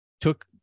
took